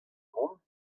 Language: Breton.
mont